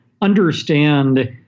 understand